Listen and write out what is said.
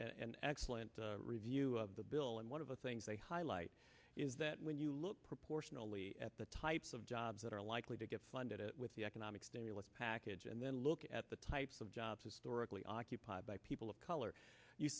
an excellent review of the bill and one of the things they highlight is that when you look proportionally at the types of jobs that are likely to get funded it with the economic stimulus package and then look at the types of jobs historically occupied by people of color you